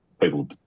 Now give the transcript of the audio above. people